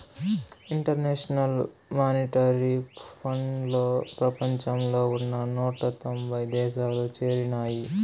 international Monetary ఫండ్లో ప్రపంచంలో ఉన్న నూట తొంభై దేశాలు చేరినాయి